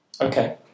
Okay